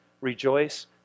rejoice